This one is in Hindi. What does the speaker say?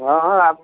हाँ हाँ आप